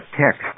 text